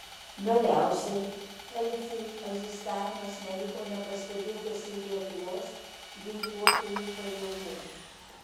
galiausiai elfų egzistavimas neliko nepastebėtas ir lietuvos ginkluotųjų pajėgų